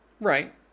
Right